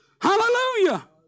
Hallelujah